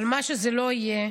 אבל מה שזה לא יהיה,